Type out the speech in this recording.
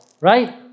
right